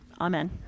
Amen